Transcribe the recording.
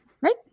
Right